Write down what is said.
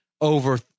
over